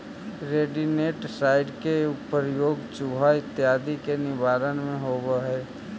rodenticide के प्रयोग चुहा इत्यादि के निवारण में होवऽ हई